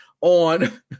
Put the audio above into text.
on